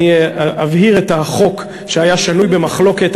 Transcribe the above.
אני אבהיר את החוק שהיה שנוי במחלוקת,